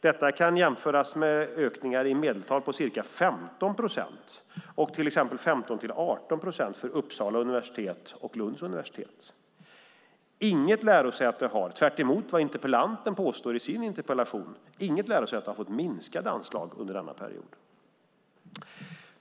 Detta kan jämföras med ökningar i medeltal på ca 15 procent och till exempel 15-18 procent för Uppsala universitet och Lunds universitet. Inget lärosäte har, tvärtemot vad interpellanten påstår i sin interpellation, fått minskade anslag under denna period.